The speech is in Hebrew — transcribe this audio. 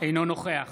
אינו נוכח